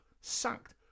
sacked